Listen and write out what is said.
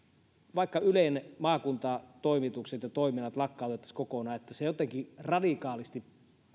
vaikka ylen maakuntatoimitukset ja toimialat lakkautettaisiin kokonaan se jotenkin radikaalisti parantaisi